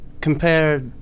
compare